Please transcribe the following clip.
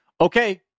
Okay